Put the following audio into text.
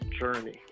journey